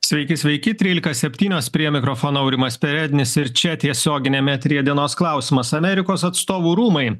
sveiki sveiki trylika septynios prie mikrofono aurimas perednis ir čia tiesioginiam eteryje dienos klausimas amerikos atstovų rūmai